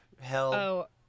hell